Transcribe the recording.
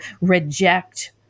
reject